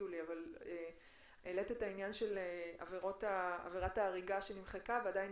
העניין של עבירת ההריגה שנמחקה ועדיין